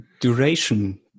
duration